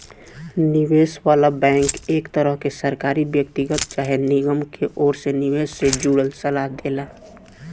निवेश वाला बैंक एक तरह के सरकारी, व्यक्तिगत चाहे निगम के ओर से निवेश से जुड़ल सलाह देला